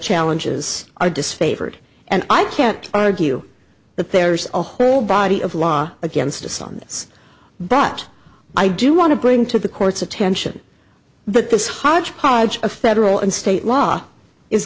challenges are disfavored and i can't argue that there's a whole body of law against islamists but i do want to bring to the court's attention but this hodgepodge of federal and state law is